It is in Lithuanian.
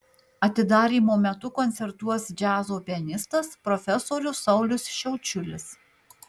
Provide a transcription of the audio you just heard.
atidarymo metu koncertuos džiazo pianistas profesorius saulius šiaučiulis